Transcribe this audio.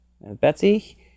Betsy